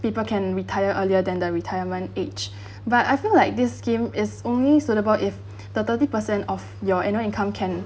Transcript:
people can retire earlier than the retirement age but I feel like this scheme is only suitable if the thirty percent of your annual income can